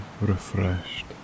refreshed